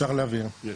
אז